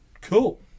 cool